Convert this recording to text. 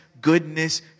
goodness